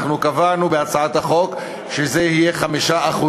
קבענו בהצעת החוק שהוא לא יעלה על 5%,